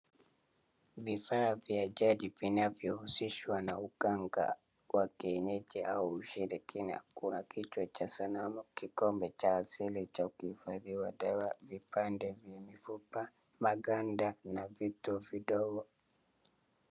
Vifaa vya jadi vinavyohusishwa na uganga wa kienyeji au ushirikina kwa kichwa cha sanamu kikombe cha asili cha kuhifahdiwa dawa, vipande vya mifupa, maganda na vitu vidogo.